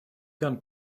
gun